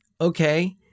okay